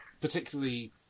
particularly